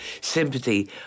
sympathy